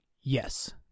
yes